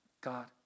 God